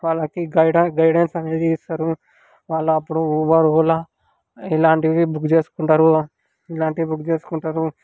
వాళ్ళకి గైడ గైడెన్స్ అనేది ఇస్తారు వాళ్ళ అప్పుడు ఊబర్ ఓలా ఇలాంటివి బుక్ చేసుకుంటారు ఇలాంటివి బుక్ చేసుకుంటారు